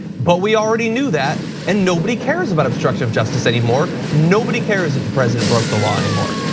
but we already knew that and nobody cares about obstruction of justice anymore. nobody cares if the president broke the law anymore.